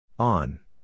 On